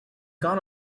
gone